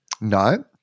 No